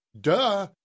duh